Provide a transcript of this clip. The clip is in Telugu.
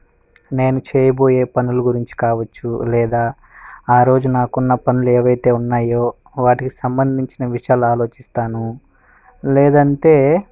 నేను చేయబోయే పనుల గురించి కావచ్చు లేదా ఆ రోజు నాకు ఉన్న పనులు ఏవైతే ఉన్నయో వాటికి సంబంధించిన విషయాలు ఆలోచిస్తాను లేదంటే